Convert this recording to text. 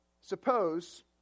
Suppose